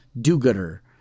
do-gooder